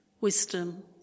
Wisdom